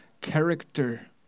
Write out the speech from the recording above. character